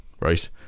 right